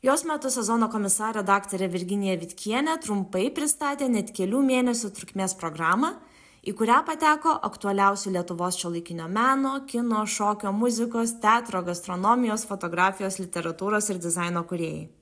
jos metu sezono komisarė daktarė virginija vitkienė trumpai pristatė net kelių mėnesių trukmės programą į kurią pateko aktualiausių lietuvos šiuolaikinio meno kino šokio muzikos teatro gastronomijos fotografijos literatūros ir dizaino kūrėjai